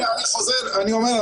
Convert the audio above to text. אני אומר,